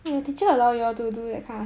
yeah